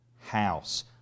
house